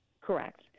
correct